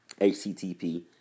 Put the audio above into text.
HTTP